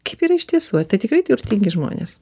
kaip yra iš tiesų ar tai tikrai turtingi žmonės